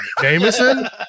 Jameson